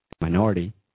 minority